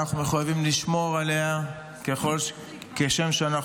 אנחנו מחויבים לשמור עליה כשם שאנחנו